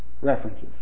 references